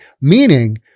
meaning